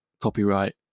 copyright